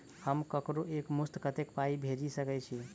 हम ककरो एक मुस्त कत्तेक पाई भेजि सकय छी?